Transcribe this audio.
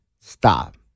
Stop